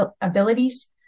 abilities